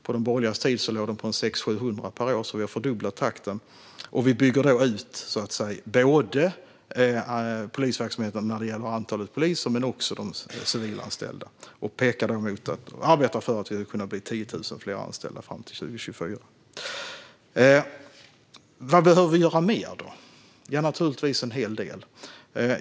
På de borgerligas tid lågt den på ungefär 600-700 per år, så vi har fördubblat takten. Vi bygger ut både polisverksamheten när det gäller antalet poliser och när det gäller de civilanställda. Detta pekar mot, och vi arbetar för, att det ska kunna bli 10 000 fler anställda fram till år 2024. Vad behöver vi då göra mer? Det är naturligtvis en hel del.